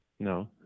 No